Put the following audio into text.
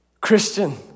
Christian